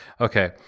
Okay